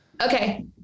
Okay